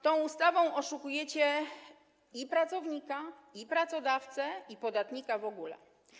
Tą ustawą oszukujecie i pracownika, i pracodawcę, i podatnika w ogóle.